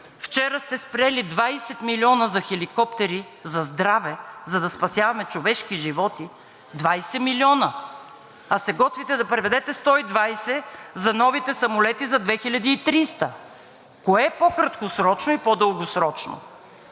Вчера сте спрели 20 милиона за хеликоптери за здраве, за да спасяваме човешки животи – 20 милиона, а се готвите да преведете 120 за новите самолети за 2030 г. Кое е по-краткосрочно и по-дългосрочно?